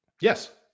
Yes